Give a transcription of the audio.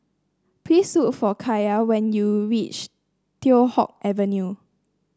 please look for Kaia when you reach Teow Hock Avenue